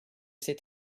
c’est